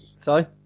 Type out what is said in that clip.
Sorry